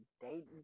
dating